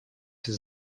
his